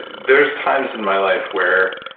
there's times in my life where